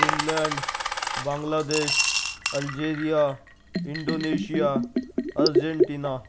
Finland Bangladesh Algeria Indonesia Argentina